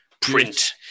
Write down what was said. print